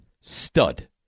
Stud